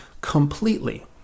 completely